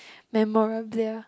memorable